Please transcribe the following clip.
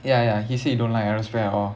ya ya he say he don't like aerospace at all